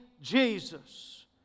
Jesus